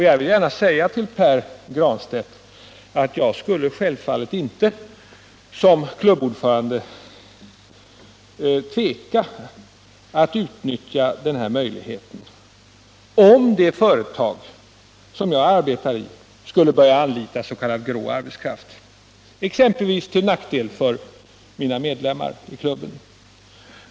Jag skulle självfallet inte — det vill jag gärna säga till Pär Granstedt — som klubbordförande tveka att utnyttja den här möjligheten, om det företag som jag arbetar i skulle börja anlita s.k. grå arbetskraft till nackdel för medlemmarna i klubben.